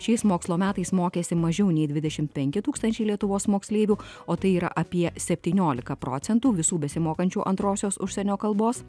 šiais mokslo metais mokėsi mažiau nei dvidešimt penki tūkstančiai lietuvos moksleivių o tai yra apie septyniolika procentų visų besimokančių antrosios užsienio kalbos